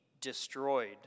destroyed